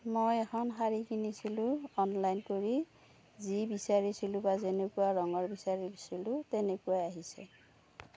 মই এখন শাড়ী কিনিছিলোঁ অনলাইন কৰি যি বিচাৰিছিলোঁ বা যেনেকুৱা ৰঙৰ বিচাৰিছিলোঁ তেনেকুৱাই আহিছে